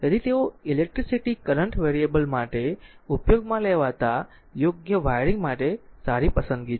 તેથી તેઓ electricity current variable માટે ઉપયોગમાં લેવાતા યોગ્ય વાયરિંગ માટે સારી પસંદગી છે